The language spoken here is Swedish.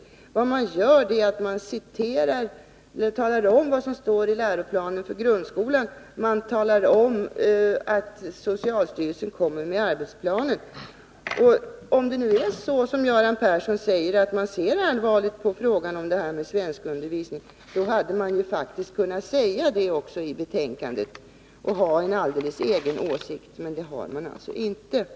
Det enda man har gjort är att tala om vad som står i läroplanen för grundskolan och att tala om att socialstyrelsen utarbetar arbetsplaner. Om utskottet, som Göran Persson säger, ser allvarligt på frågan om svenskundervisningen, då hade utskottet faktiskt kunnat säga det i betänkandet och framföra en egen åsikt. Det har man alltså inte gjort.